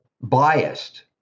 biased